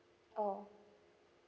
oh